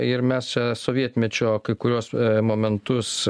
ir mes čia sovietmečio kai kuriuos momentus